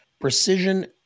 precision